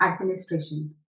administration